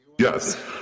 Yes